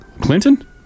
Clinton